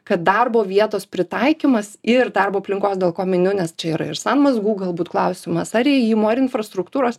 kad darbo vietos pritaikymas ir darbo aplinkos dėl ko miniu nes čia yra ir sanmazgų galbūt klausimas ar įėjimo ar infrastruktūros